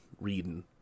reading